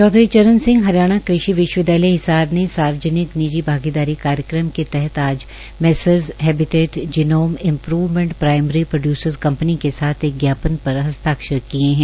चौधरी चरण सिंह हरियाणा कृषि विश्वविदयालय हिसार ने सार्वजनिक निजी भागीदारी कार्यक्रम के तहत आज messrs habitat genome improvement primary producers company के साथ एक ज्ञापन पर हस्ताक्षर किए है